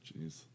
Jeez